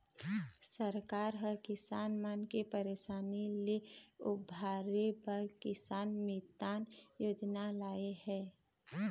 सरकार ह किसान मन के परसानी ले उबारे बर किसान मितान योजना लाए हे